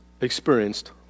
experienced